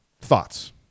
Thoughts